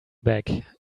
back